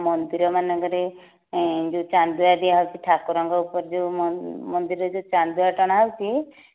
ମନ୍ଦିରମାନଙ୍କରେ ଯେଉଁ ଚାନ୍ଦୁଆ ଦିଆହେଉଛି ଠାକୁରଙ୍କ ଉପରେ ଯେଉଁ ମନ୍ଦିରରେ ଯେଉଁ ଚାନ୍ଦୁଆ ଟଣାହେଉଛି